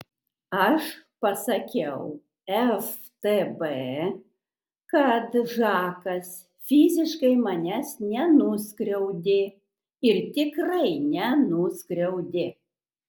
aš pasakiau ftb kad žakas fiziškai manęs nenuskriaudė ir tikrai nenuskriaudė